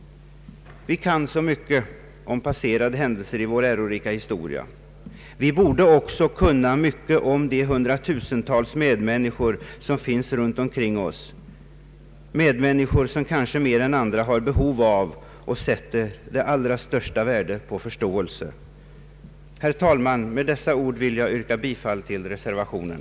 Vi kan mycket om passerade händelser i vår ärorika historia. Vi borde också kunna mycket om de hundratusentals handikappade som finns runt omkring oss, medmänniskor som kanske mer än andra har behov av och sätter det allra största värde på förståelse. Herr talman! Med dessa ord vill jag yrka bifall till reservationen.